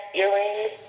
earrings